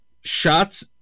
shots